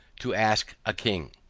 to ask a king.